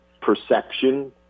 perception